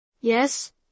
Yes